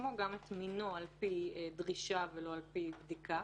פי דרישה ולא על פי בדיקה